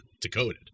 decoded